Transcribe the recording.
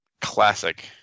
Classic